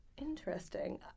Interesting